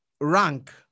rank